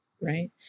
Right